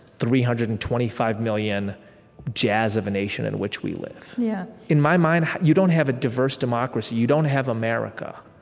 three hundred and twenty five million jazz of a nation in which we live yeah in my mind, you don't have a diverse democracy, you don't have america,